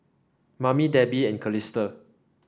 Mamie Debi and Calista